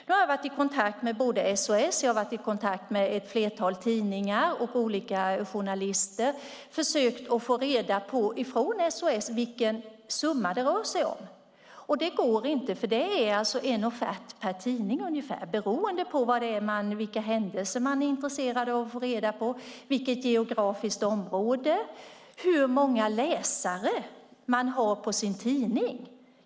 Jag har varit i kontakt med SOS Alarm, ett flertal tidningar och olika journalister och försökt få reda på av SOS Alarm vilken summa det rör sig om. Det går inte, för det är en offert per tidning ungefär, beroende på vilka händelser man är intresserad av, vilket geografiskt område det gäller och hur många läsare tidningen har.